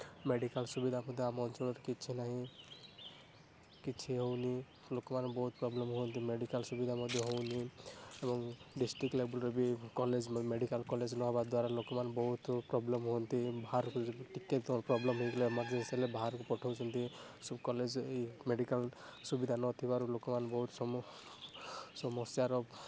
medical ସୁବିଧା ମଧ୍ୟ ଆମ ଅଞ୍ଚଳରେ କିଛି ନାହିଁ କିଛି ହେଉନି ଲୋକ ମାନେ ବହୁତ ପ୍ରୋବ୍ଲେମ ହୁଅନ୍ତି ମେଡ଼ିକାଲ୍ ସୁବିଧା ମଧ୍ୟ ହେଉନି ଏବଂ ଡିଷ୍ଟ୍ରିକ୍ଟ ଲେବଲ୍ରେ ବି କଲେଜ୍ ମେଡ଼ିକାଲ୍ କଲେଜ୍ ନ ହେବା ଦ୍ୱାରା ଲୋକ ମାନେ ବହୁତ ପ୍ରୋବ୍ଲେମ ହୁଅନ୍ତି ବାହାରକୁ ଟିକେ ପ୍ରୋବ୍ଲେମ ହେଇଗଲେ ଏମରଜେନ୍ସି ହେଲେ ବାହାରକୁ ପଠଉଛନ୍ତି ସବୁ କଲେଜ୍ ଏହି ମେଡ଼ିକାଲ୍ ସୁବିଧା ନ ଥିବାରୁ ଲୋକ ମାନେ ବହୁତ ସମସ୍ୟା ସମସ୍ୟାର